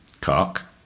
cock